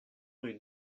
rue